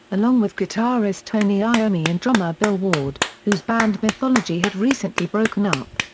along with guitarist tony iommi and drummer bill ward, whose band mythology had recently broken up.